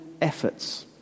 efforts